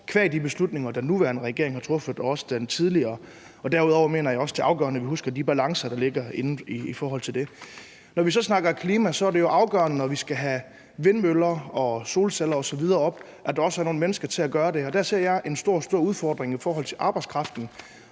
qua de beslutninger, den nuværende regering har truffet, og også den tidligere regering. Derudover mener jeg også, det er afgørende, at vi husker de balancer, der ligger i forhold til det. Når vi så snakker klima, er det jo afgørende, når vi skal have vindmøller og solceller osv. sat op, at der også er nogle mennesker til at gøre det. Der ser jeg en stor, stor udfordring i forhold til arbejdskraften